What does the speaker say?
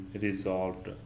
resolved